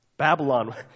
Babylon